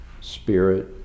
Spirit